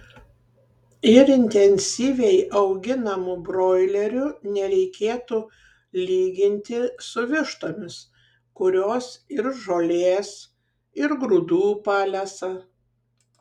ir intensyviai auginamų broilerių nereikėtų lyginti su vištomis kurios ir žolės ir grūdų palesa